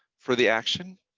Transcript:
for the action,